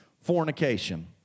fornication